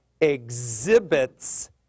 exhibits